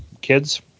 kids